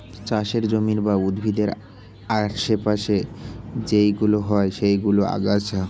চাষের জমির বা উদ্ভিদের আশে পাশে যেইগুলো হয় সেইগুলো আগাছা